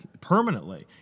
Permanently